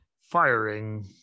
firing